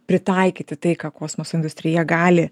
pritaikyti tai ką kosmoso industrija gali